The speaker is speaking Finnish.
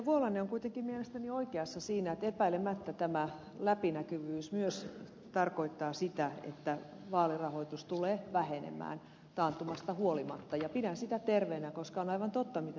vuolanne on kuitenkin mielestäni oikeassa siinä että epäilemättä tämä läpinäkyvyys myös tarkoittaa sitä että vaalirahoitus tulee vähenemään taantumasta huolimatta ja pidän sitä terveenä koska on aivan totta mitä ed